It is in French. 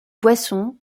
boisson